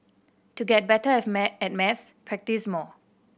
to get better at maths practise more